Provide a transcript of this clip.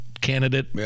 candidate